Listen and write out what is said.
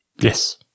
Yes